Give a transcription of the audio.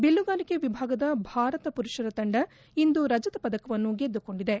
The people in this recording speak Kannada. ಬಿಲ್ಲುಗಾರಿಕೆ ವಿಭಾಗದ ಭಾರತ ಪುರುಷರ ತಂಡ ಇಂದು ರಜತ ಪದಕವನ್ನು ಗೆದ್ದುಕೊಂಡಿದೆ